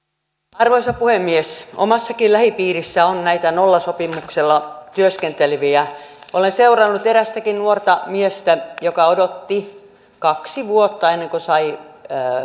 arvoisa puhemies omassakin lähipiirissäni on näitä nollasopimuksella työskenteleviä olen seurannut erästäkin nuorta miestä joka odotti kaksi vuotta ennen kuin sai